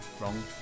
wrong